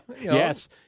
Yes